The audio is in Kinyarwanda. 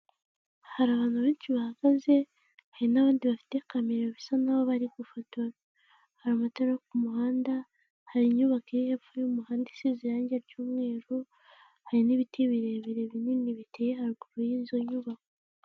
Hari abantu benshi bahagaze, hari n'abandi bafite camera bisa n'aho bari gufotora; hari amatara yo ku muhanda, hari inyubako iri hepfo y'umuhanda isize irangi y'umweru, hari ibiti birebire binini biteye haruguru y'izo nyubako.